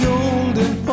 Golden